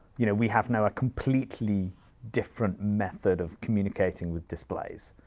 you know we have now, a completely different method of communicating with displays,